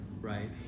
right